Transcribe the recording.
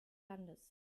landes